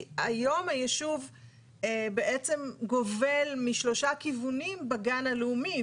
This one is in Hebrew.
כי היום היישוב בעצם גובל משלושה כיוונים בגן הלאומי,